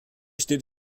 steht